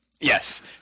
Yes